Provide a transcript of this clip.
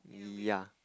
ya